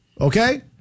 okay